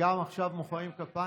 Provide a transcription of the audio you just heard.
עכשיו גם מוחאים כפיים?